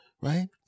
Right